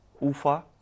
UFA